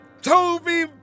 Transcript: Toby